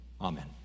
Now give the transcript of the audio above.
amen